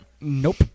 nope